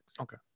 Okay